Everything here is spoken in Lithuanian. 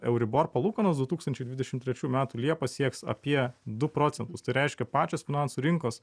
euribor palūkanos du tūkstančiai dvidešim trečių metų liepą sieks apie du procentus tai reiškia pačios finansų rinkos